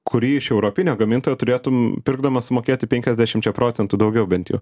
kurį iš europinio gamintojo turėtum pirkdamas sumokėti penkiasdešimčia procentų daugiau bent jau